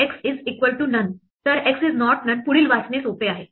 तर x is not none पुढील वाचणे सोपे आहे